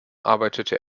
arbeitete